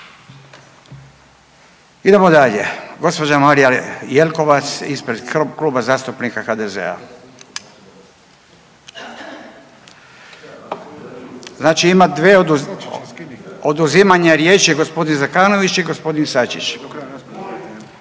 Idemo dalje. Gospođa Marija Jelkovac ispred Kluba zastupnika HDZ-a. Znači ima 2 oduzimanje riječi, gospodin Zekanović i gospodin Sačić,